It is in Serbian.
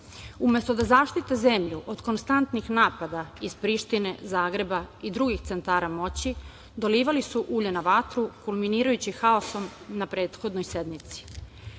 da zaštite zemlju od konstantnih napada iz Prištine, Zagreba i drugih centara moći dolivali su ulje na vatru kulminirajući haosom na prethodnoj